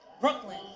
Brooklyn